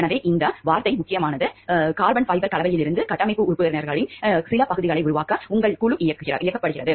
எனவே இந்த வார்த்தை முக்கியமானது கார்பன் ஃபைபர் கலவையிலிருந்து கட்டமைப்பு உறுப்பினர்களின் சில பகுதிகளை உருவாக்க உங்கள் குழு இயக்கப்படுகிறது